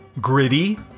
Gritty